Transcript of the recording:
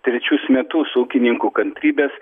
trečius metus ūkininkų kantrybės